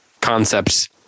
concepts